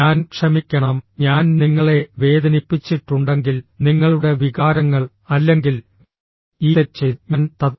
ഞാൻ ക്ഷമിക്കണം ഞാൻ നിങ്ങളെ വേദനിപ്പിച്ചിട്ടുണ്ടെങ്കിൽ നിങ്ങളുടെ വികാരങ്ങൾ അല്ലെങ്കിൽ ഈ തെറ്റ് ചെയ്തു ഞാൻ that